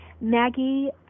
Maggie